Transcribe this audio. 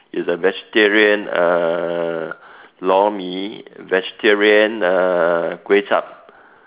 it's a vegetarian lor-mee vegetarian uh kway-zhap